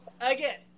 again